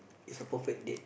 is a perfect date